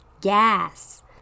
gas